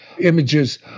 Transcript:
images